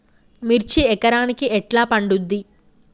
మిర్చి ఎకరానికి ఎట్లా పండుద్ధి?